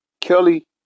Kelly